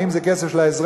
ואם זה כסף של האזרח,